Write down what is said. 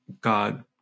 God